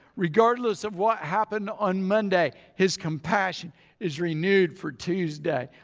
regardless of what happened on monday his compassion is renewed for tuesday.